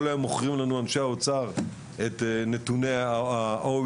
כל יום מוכרים לנו אנשי האוצר את נתוני ה-OECD,